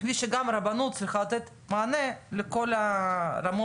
כפי שגם הרבנות צריכה לתת מענה לכל הרמות,